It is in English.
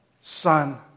Son